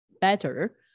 better